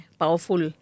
powerful